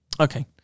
Okay